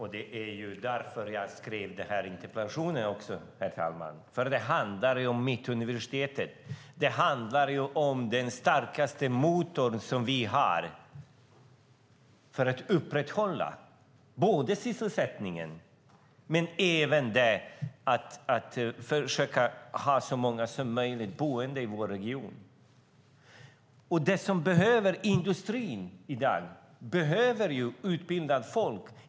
Herr talman! Jag skrev interpellationen som handlar om Mittuniversitetet och den starkaste motorn som vi har för att upprätthålla sysselsättningen men även att försöka ha så många som möjligt boende i vår region. Industrin i dag behöver utbildade människor.